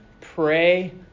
pray